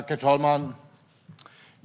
Herr talman!